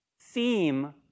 theme